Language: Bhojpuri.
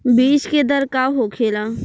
बीज के दर का होखेला?